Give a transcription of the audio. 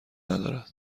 ندارد